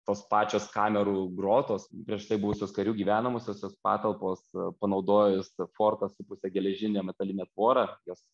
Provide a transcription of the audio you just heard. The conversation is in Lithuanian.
tos pačios kamerų grotos prieš tai buvusios karių gyvenamosiosios patalpos panaudojus fortą supusią geležinę metalinę tvorą jos